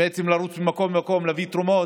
בעצם לרוץ ממקום למקום להביא תרומות,